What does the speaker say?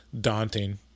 daunting